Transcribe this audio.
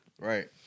Right